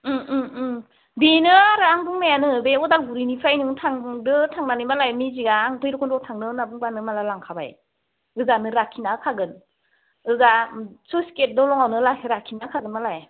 बेनो आरो आं बुंनायानो बे उदालगुरिनिफ्राय नों थांदो थांनानै मालाय मिजिका आं भैरबकुन्द थांनो होनना बुंब्लानो मालाय लांखाबाय ओजानो लाखिना होखागोन ओजा स्लुइस गेट दङआवनो लाखिना होखागोन मालाय